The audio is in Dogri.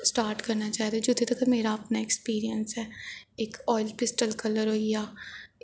स्टार्ट करना चाही दा जित्थै तक्कर मेरा अपना अक्सपिरियंस ऐ इक आयल पिस्टल कल्लर होई गेआ